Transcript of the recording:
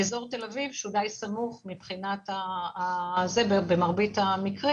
באזור תל אביב שהוא דיי סמוך במרבית המקרים,